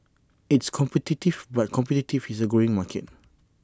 it's competitive but competitive is A growing market